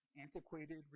antiquated